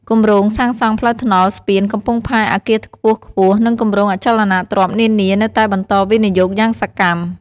គម្រោងសាងសង់ផ្លូវថ្នល់ ស្ពាន កំពង់ផែ អគារខ្ពស់ៗ និងគម្រោងអចលនទ្រព្យនានានៅតែបន្តវិនិយោគយ៉ាងសកម្ម។